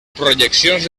projeccions